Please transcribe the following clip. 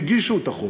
מי הגיש את החוק?